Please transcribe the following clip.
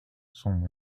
son